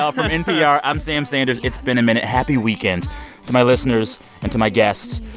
um from npr, i'm sam sanders. it's been a minute. happy weekend to my listeners and to my guests,